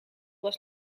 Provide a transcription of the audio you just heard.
was